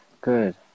Good